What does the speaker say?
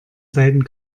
seiten